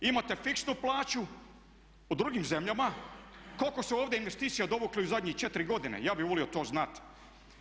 Imate fiksnu plaću u drugim zemljama, kolike su ovdje investicija dovukli u zadnjih 4 godine ja bi volio to znati?